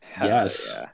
Yes